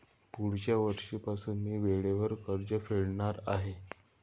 पुढच्या वर्षीपासून मी वेळेवर कर्ज फेडणार आहे